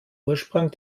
ursprung